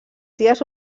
dies